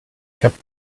kept